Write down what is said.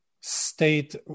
state